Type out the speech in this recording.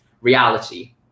reality